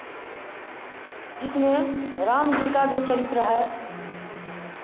जिसमें राम जी का जो चरित्र है